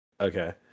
Okay